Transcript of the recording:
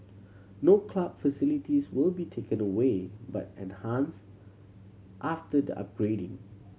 no club facilities will be taken away but enhanced after the upgrading